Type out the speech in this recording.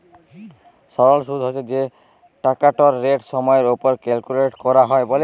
সরল সুদ্ হছে যে টাকাটর রেট সময়ের উপর ক্যালকুলেট ক্যরা হ্যয়